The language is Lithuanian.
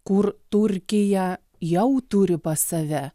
kur turkija jau turi pas save